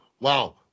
Wow